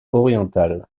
orientales